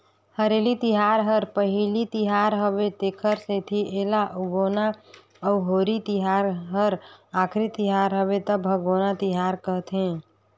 हरेली तिहार हर पहिली तिहार हवे तेखर सेंथी एला उगोना अउ होरी तिहार हर आखरी तिहर हवे त भागोना तिहार कहथें